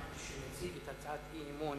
שיציג את הצעת האי-אמון